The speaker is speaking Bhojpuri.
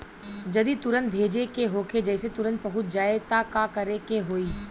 जदि तुरन्त भेजे के होखे जैसे तुरंत पहुँच जाए त का करे के होई?